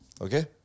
Okay